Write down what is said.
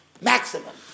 Maximum